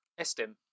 Estim